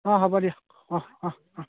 অঁ হ'ব দিয়ক অঁ অঁ অঁ